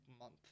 month